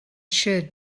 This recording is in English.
should